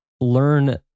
learn